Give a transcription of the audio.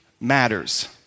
matters